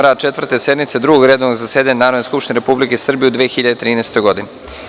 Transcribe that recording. rad Četvrte sednice Drugog redovnog zasedanja Narodne skupštine Republike Srbije u 2013. godini.